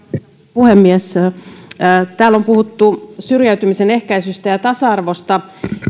puhemies täällä on puhuttu syrjäytymisen ehkäisystä ja tasa arvosta